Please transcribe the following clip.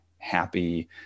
happy